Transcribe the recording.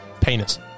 Penis